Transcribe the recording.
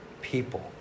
people